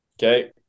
Okay